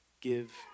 give